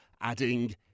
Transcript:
adding